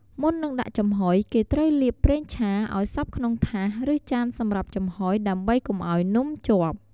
មុននឹងដាក់ចំហុយ គេត្រូវលាប ប្រេងឆា ឲ្យសព្វក្នុងថាស ឬចានសម្រាប់ចំហុយ ដើម្បីកុំឲ្យនំជាប់។